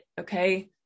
okay